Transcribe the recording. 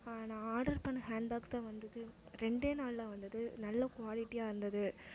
நான் ஆர்டர் பண்ண hand bag தான் வந்தது ரெண்டே நாளில் வந்தது நல்ல குவாலிடியாக இருந்தது